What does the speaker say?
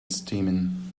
steaming